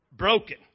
broken